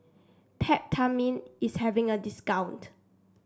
Peptamen is having a discount